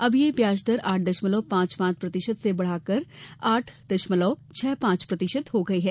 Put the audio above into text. अब ये ब्याजदर आठ दशमलव पांच पांच प्रतिशत से बढ़कर आठ दशमलव छह पांच प्रतिशत हो गई है